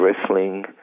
wrestling